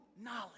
knowledge